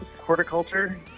horticulture